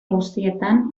guztietan